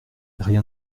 rien